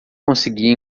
conseguia